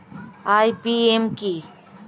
IPM কি?